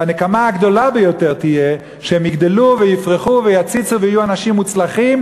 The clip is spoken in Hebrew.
והנקמה הגדולה ביותר תהיה שהם יגדלו ויפרחו ויציצו ויהיו אנשים מוצלחים,